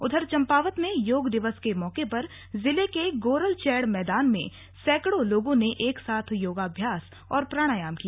उधर चम्पावत में योग दिवस के मौके पर जिले के गोरलचैड़ मैदान में सैकड़ों लोगों ने एक साथ योगाभ्यास और प्राणायाम किया